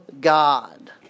God